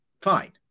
Fine